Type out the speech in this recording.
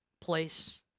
place